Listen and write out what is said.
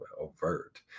overt